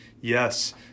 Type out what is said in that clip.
yes